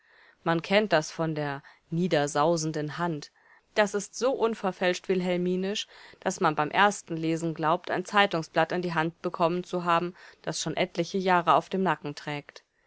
man kennt das von der niedersausenden hand das ist so unverfälscht wilhelminisch daß man beim ersten lesen glaubt ein zeitungsblatt in die hand bekommen zu haben das schon etliche jahre auf dem nacken trägt